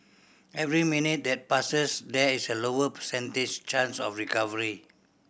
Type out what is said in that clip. every minute that passes there is a lower percentage chance of recovery